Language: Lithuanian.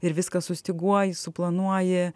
ir viską sustyguoji suplanuoji